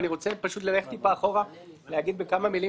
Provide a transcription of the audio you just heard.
אבל אני רוצה ללכת טיפה אחורה ולהגיד כמה מילים